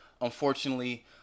unfortunately